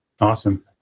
awesome